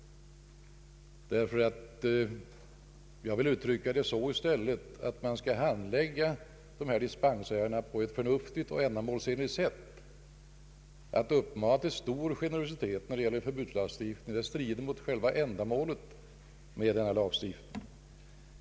Jag vill uttrycka det så i stället att man skall handlägga dispensärendena på ett förnuftigt och ändamålsenligt sätt. Att uppmana till stor generositet när det gäller förbudslagstiftning strider mot själva ändamålet med denna lagstiftning.